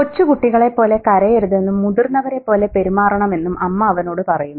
കൊച്ചുകുട്ടികളെപ്പോലെ കരയരുതെന്നും മുതിർന്നവരെപ്പോലെ പെരുമാറണമെന്നും അമ്മ അവനോടു പറയുന്നു